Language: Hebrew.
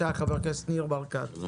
חבר הכנסת ניר ברקת, בבקשה.